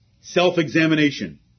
self-examination